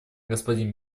господин